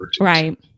Right